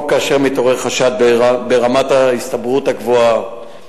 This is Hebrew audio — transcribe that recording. או כאשר מתעורר חשד ברמת ההסתברות הגבוהה